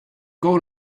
going